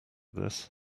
this